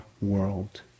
world